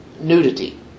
nudity